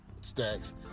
Stacks